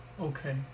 okay